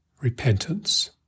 repentance